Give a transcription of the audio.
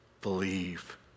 believe